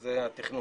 אבל זה היה התכנון.